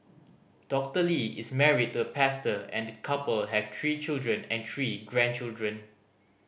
Doctor Lee is married to a pastor and the couple have tree children and tree grandchildren